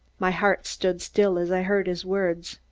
my heart stood still as i heard his words.